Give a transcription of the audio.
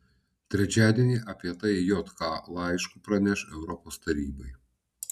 trečiadienį apie tai jk laišku praneš europos tarybai